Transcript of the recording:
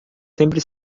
sempre